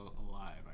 alive